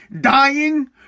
dying